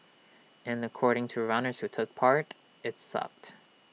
and according to runners who took part IT sucked